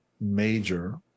major